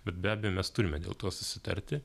bet be abejo mes turime dėl to susitarti